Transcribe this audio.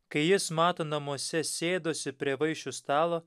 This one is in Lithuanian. kai jis mato namuose sėdosi prie vaišių stalo